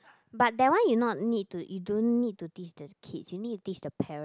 but that one you not need to you don't need to teach the kids you need to teach the parent